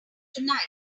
tonight